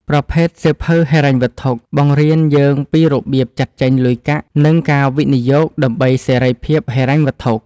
ប្រភេទសៀវភៅហិរញ្ញវត្ថុ បង្រៀនយើងពីរបៀបចាត់ចែងលុយកាក់ និងការវិនិយោគដើម្បីសេរីភាពហិរញ្ញវត្ថុ។